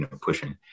pushing